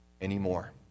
anymore